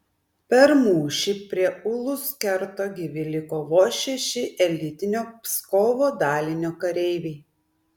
per mūšį prie ulus kerto gyvi liko vos šeši elitinio pskovo dalinio kareiviai